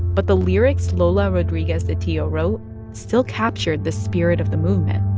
but the lyrics lola rodriguez de tio wrote still captured the spirit of the movement